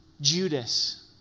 Judas